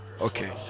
Okay